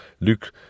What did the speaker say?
Luke